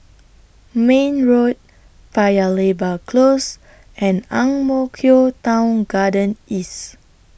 Mayne Road Paya Lebar Close and Ang Mo Kio Town Garden East